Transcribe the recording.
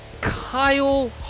Kyle